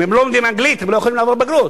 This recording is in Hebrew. אם הם לא לומדים אנגלית הם לא יכולים לעבור בגרות.